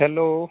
hello